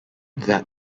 that